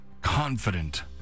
confident